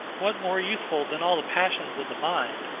what more useful than all the passions of the mind,